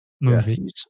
movies